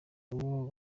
ubwo